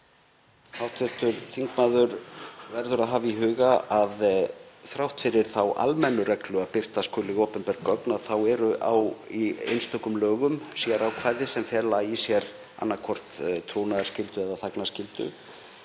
Hv. þingmaður verður að hafa í huga að þrátt fyrir þá almennu reglu að birta skuli opinber gögn eru í einstökum lögum sérákvæði sem fela í sér annaðhvort trúnaðarskyldu eða þagnarskyldu.